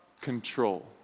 control